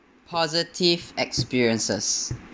positive experiences